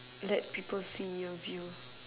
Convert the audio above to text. let people see your view